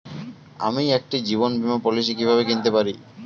আমি একটি জীবন বীমা পলিসি কিভাবে কিনতে পারি?